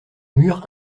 murs